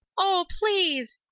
oh, please!